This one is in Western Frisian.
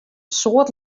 soad